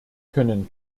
können